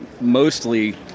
mostly